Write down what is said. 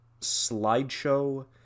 slideshow